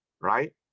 right